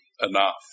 enough